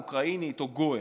אוקראינית או גויה,